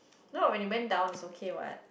no when you went down is okay what